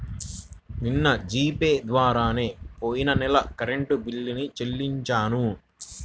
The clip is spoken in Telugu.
నిన్న జీ పే ద్వారానే పొయ్యిన నెల కరెంట్ బిల్లుని చెల్లించాను